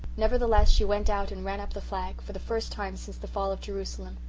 nevertheless she went out and ran up the flag, for the first time since the fall of jerusalem.